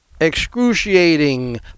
excruciating